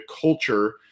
culture